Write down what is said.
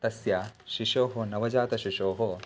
तस्य शिशोः नवजातशिशोः